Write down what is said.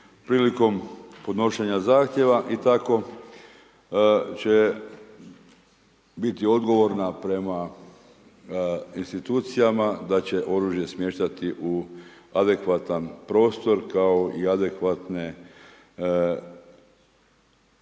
prilikom podnošenja zahtjeva i tako će biti odgovorna prema institucijama da će oružje smještati u adekvatan prostor kao i adekvatne